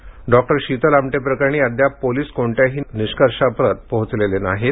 Sheetal Amte doctor Sheetal Amte प्रकरणी अद्याप police कोणत्याही निष्कर्षाप्रत पोहचलेले नाहीत